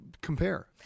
compare